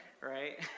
right